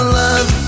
love